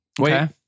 Wait